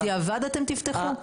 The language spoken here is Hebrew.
בדיעבד אתם תפתחו.